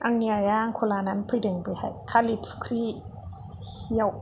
आंनि आइआ आंखौ लानानै फैदों बेहाय खालिफुख्रियाव